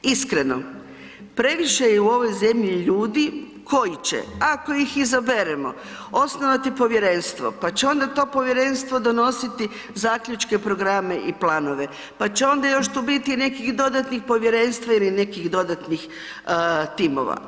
Iskreno, previše je u ovoj zemlji ljudi koji će ako ih izaberemo osnovati povjerenstvo, pa će onda to povjerenstvo donositi zaključke, programe i planove, pa će onda još tu biti i nekih dodatnih povjerenstva ili nekih dodatnih timova.